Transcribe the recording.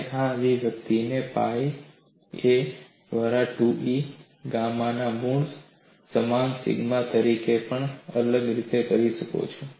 તમે આ અભિવ્યક્તિને પાઇ એ દ્વારા 2E ગામાના મૂળ સમાન સિગ્મા તરીકે પણ અલગ રીતે જોઈ શકો છો